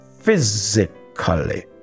physically